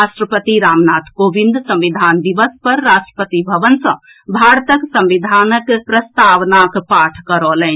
राष्ट्रपति रामनाथ कोविंद संविधान दिवस पर राष्ट्रपति भवन सँ भारतक संविधानक प्रस्तावनाक पाठ करौलनि